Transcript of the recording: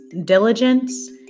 diligence